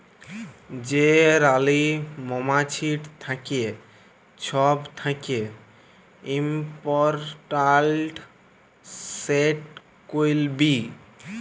যে রালী মমাছিট থ্যাকে ছব থ্যাকে ইমপরট্যাল্ট, সেট কুইল বী